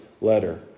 letter